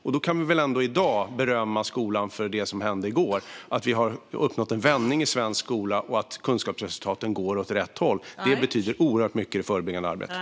Och i dag kan vi väl ändå berömma skolan för det som hände i går, när vi fick veta att vi har uppnått en vändning i svensk skola och att kunskapsresultaten går åt rätt håll. Det betyder oerhört mycket för det förebyggande arbetet.